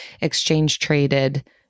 exchange-traded